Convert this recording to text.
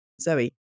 Zoe